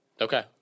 Okay